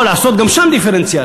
או לעשות גם שם דיפרנציאציה.